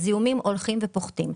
הזיהומים הולכים ופוחתים.